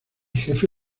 jefe